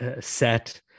set